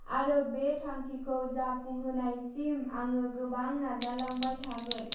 आरो बे थांखिखौ जाफुंहोनायसिम आङो गोबां नाजालांबाय थागोन